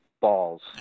balls